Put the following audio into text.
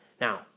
Now